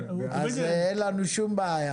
אז אין לנו שום בעיה.